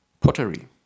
pottery